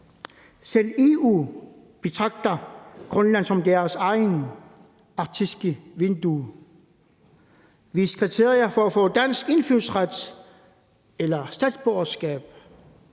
Selv EU betragter Grønland som deres eget arktiske vindue. Hvis kriterierne for at få dansk indfødsret eller statsborgerskab,